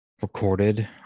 recorded